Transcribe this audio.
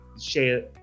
share